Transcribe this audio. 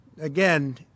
Again